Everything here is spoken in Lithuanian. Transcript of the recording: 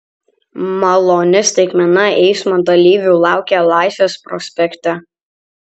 maloni staigmena eismo dalyvių laukia laisvės prospekte